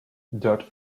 dirt